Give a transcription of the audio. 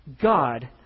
God